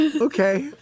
Okay